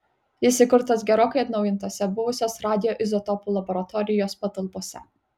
jis įkurtas gerokai atnaujintose buvusios radioizotopų laboratorijos patalpose